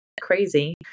crazy